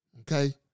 okay